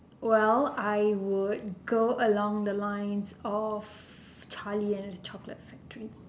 well I would go along the lines of charlie and his chocolate factory